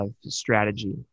strategy